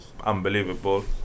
unbelievable